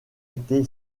été